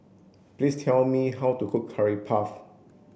please tell me how to cook curry puff